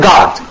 God